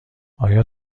آیا